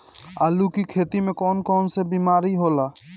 आलू की खेती में कौन कौन सी बीमारी होला?